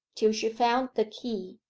till she found the key.